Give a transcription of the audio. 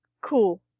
Cool